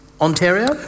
Ontario